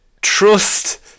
trust